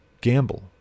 gamble